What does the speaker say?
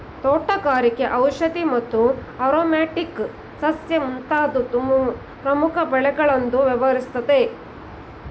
ತೋಟಗಾರಿಕೆ ಔಷಧಿ ಮತ್ತು ಆರೊಮ್ಯಾಟಿಕ್ ಸಸ್ಯ ಮುಂತಾದ್ ಪ್ರಮುಖ ಬೆಳೆಗಳೊಂದ್ಗೆ ವ್ಯವಹರಿಸುತ್ತೆ